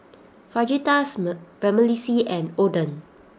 Fajitas Vermicelli and Oden